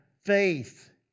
faith